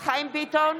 ביטון,